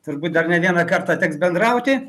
turbūt dar ne vieną kartą teks bendrauti